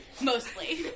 Mostly